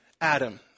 Adam